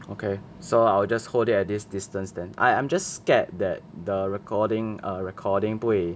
okay so I'll just hold it at this distance then I I'm just scared that the recording err recording 不会